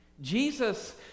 Jesus